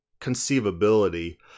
conceivability